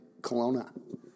Kelowna